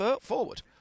forward